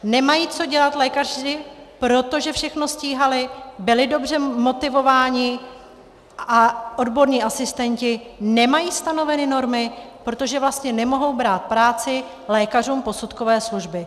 Nemají co dělat lékaři, protože všechno stíhali, byli dobře motivováni a odborní asistenti nemají stanoveny normy, protože vlastně nemohou brát práci lékařům posudkové služby.